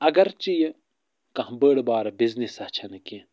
اگرچہِ یہِ کانٛہہ بٔڑ بارٕ بِزنِس چھَنہٕ کیٚنٛہہ